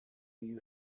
you